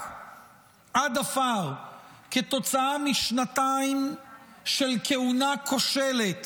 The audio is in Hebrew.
עד עפר כתוצאה משנתיים של כהונה כושלת